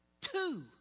Two